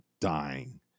dying